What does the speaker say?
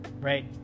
right